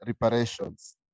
reparations